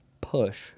Push